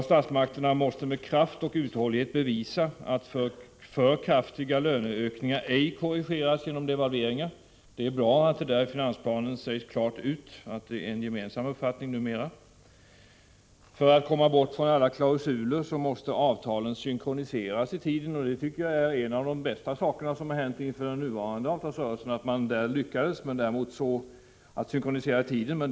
Statsmakterna måste med kraft och uthållighet bevisa att för stora löneökningar ej korrigeras genom devalveringar. Det är bra att det i finansplanen sägs klart ut att detta numera är en gemensam uppfattning. För att man skall komma bort från alla klausuler måste avtalen synkroniseras i tiden, heter det. Jag tycker att det är en av de bästa saker som hänt inför den nu aktuella avtalsrörelsen, att man lyckades med en synkronisering i tiden.